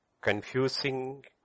confusing